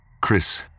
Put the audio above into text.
Chris